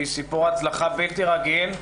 שהיא סיפור הצלחה בלתי רגיל.